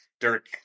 Dirk